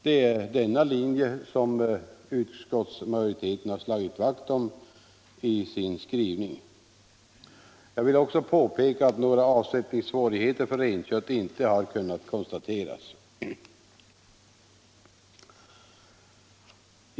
Det är denna linje utskottsmajoriteten har slagit vakt om i sin skrivning. Jag vill också påpeka att några avsättningssvårigheter för renkött inte har kunnat konstateras.